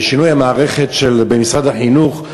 בשינוי המערכת במשרד החינוך,